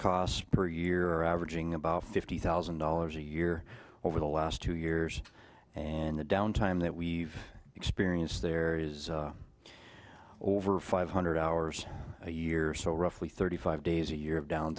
cost per year averaging about fifty thousand dollars a year over the last two years and the downtime that we've experienced there is or for five hundred hours a year so roughly thirty five days a year of down